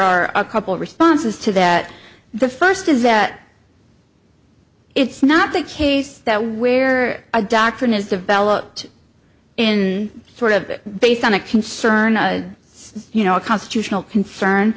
are a couple responses to that the first is that it's not the case that where a doctrine is developed in sort of based on a concern you know a constitutional concern